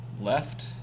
left